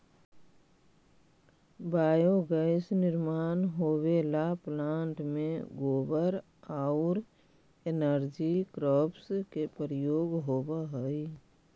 biogas निर्माण होवेला plant में गोबर औउर एनर्जी क्रॉप्स के प्रयोग होवऽ हई